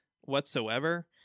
whatsoever